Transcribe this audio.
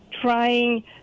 trying